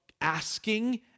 asking